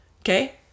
okay